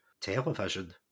television